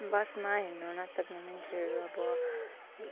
बसमा हिँड्नु नसक्ने मन्छेहरू अब